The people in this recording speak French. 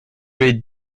les